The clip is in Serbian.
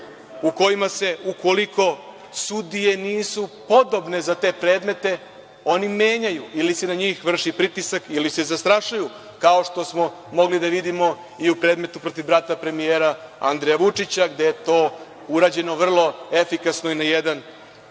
u kojima se ukoliko sudije nisu podobne za te predmete, oni menjaju ili se na njih vrši pritisak ili se zastrašuju, kao što smo mogli da vidimo i u predmetu protiv brata premijera, Andreja Vučića, gde je to urađeno vrlo efikasno i na jedan